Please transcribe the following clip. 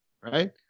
right